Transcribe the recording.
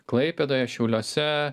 klaipėdoje šiauliuose